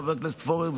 חבר הכנסת פורר,